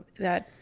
that,